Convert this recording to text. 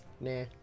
Nah